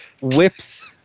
Whips